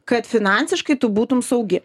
kad finansiškai tu būtum saugi